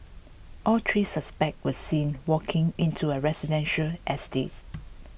all three suspects were seen walking into a residential estates